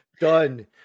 done